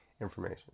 information